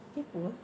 kaypoh ah